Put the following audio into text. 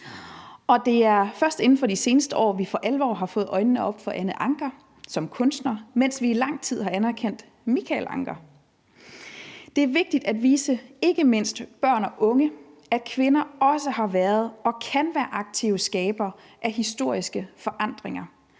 det er først inden for de seneste år, vi for alvor har fået øjnene op for Anna Ancher som kunstner, mens vi i lang tid har anerkendt Michael Ancher. Det er vigtigt at vise ikke mindst børn og unge, at kvinder også har været og kan være aktive skabere af historiske forandringer,